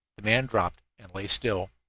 the man dropped and lay still.